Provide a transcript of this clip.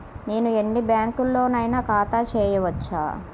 నేను ఎన్ని బ్యాంకులలోనైనా ఖాతా చేయవచ్చా?